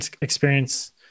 experience